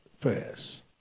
Prayers